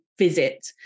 visit